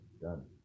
done